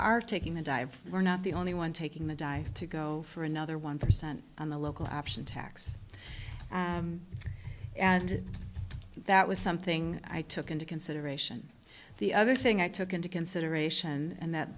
are taking a dive we're not the only one taking the dive to go for another one percent on the local option tax and that was something i took into consideration the other thing i took into consideration and that